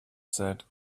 said